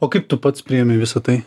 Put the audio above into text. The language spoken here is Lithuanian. o kaip tu pats priėmei visa tai